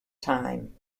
time